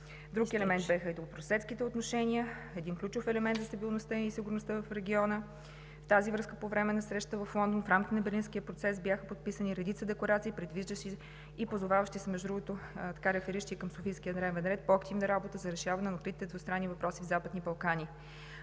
Друг елемент са добросъседските отношения – един ключов елемент за стабилността и сигурността в региона. В тази връзка по време на срещата в Лондон в рамките на Берлинския процес бяха подписани редица декларации, предвиждащи и позоваващи се и така рефериращи към Софийския дневен ред, по-активна работа за решаване на откритите двустранни въпроси в Западните Балкани.